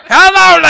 Hello